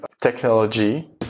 technology